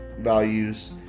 values